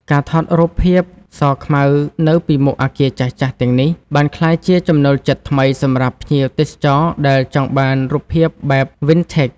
ការថតរូបភាពសខ្មៅនៅពីមុខអគារចាស់ៗទាំងនេះ បានក្លាយជាចំណូលចិត្តថ្មីសម្រាប់ភ្ញៀវទេសចរដែលចង់បានរូបភាពបែប "Vintage"។